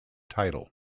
title